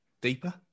deeper